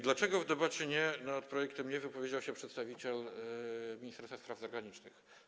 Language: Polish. Dlaczego w debacie nad tym projektem nie wypowiedział się przedstawiciel Ministerstwa Spraw Zagranicznych?